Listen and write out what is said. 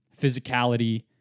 physicality